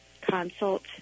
consult